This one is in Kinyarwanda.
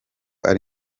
ari